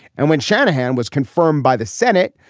and when shanahan was confirmed by the senate,